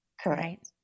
Correct